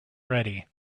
ready